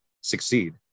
succeed